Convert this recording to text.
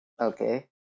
Okay